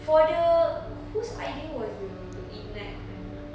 for the whose idea was the ignite [one]